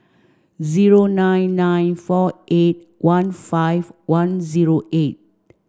zero nine nine four eight one five one zero eight